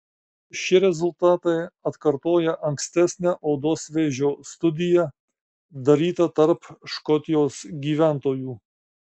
šie rezultatai atkartoja ankstesnę odos vėžio studiją darytą tarp škotijos gyventojų